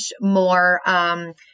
more